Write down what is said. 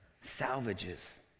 salvages